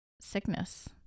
sickness